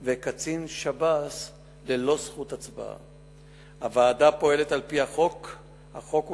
1. האם נכון הדבר?